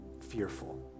fearful